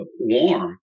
warm